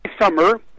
summer